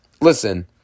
listen